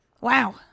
Wow